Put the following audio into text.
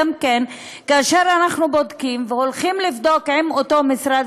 כאשר אנחנו בודקים והולכים לבדוק עם אותו משרד,